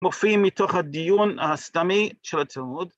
‫מופיעים מתוך הדיון הסתמי של הציונות.